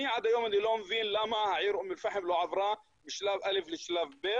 עד היום אני לא מבין למה העיר אום אל פחם לא עברה משלב א' לשלב ב'.